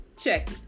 check